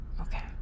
okay